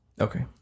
Okay